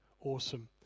awesome